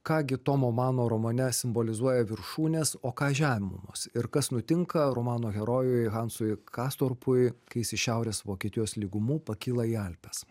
ką gi tomo mano romane simbolizuoja viršūnės o ką žemumos ir kas nutinka romano herojui hansui kastorpui kai jis iš šiaurės vokietijos lygumų pakyla į alpes